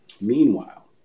Meanwhile